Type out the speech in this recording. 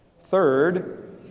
Third